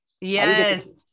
yes